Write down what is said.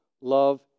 love